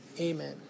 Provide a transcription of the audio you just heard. amen